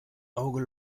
auge